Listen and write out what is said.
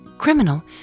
Criminal